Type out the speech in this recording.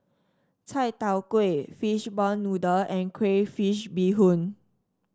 Chai Tow Kuay Fishball Noodle and Crayfish Beehoon